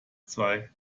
zwei